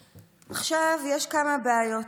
עכשיו, יש כמה בעיות.